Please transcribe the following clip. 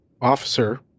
officer